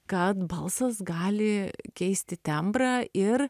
kad balsas gali keisti tembrą ir